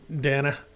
Dana